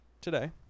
today